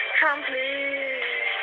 complete